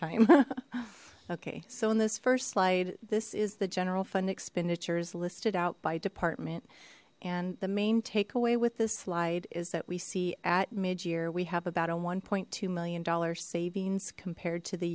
time okay so in this first slide this is the general fund expenditures listed out by department and the main takeaway with this slide is that we see at mid year we have about a one point two million dollar savings compared to the